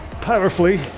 powerfully